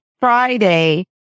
Friday